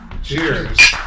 Cheers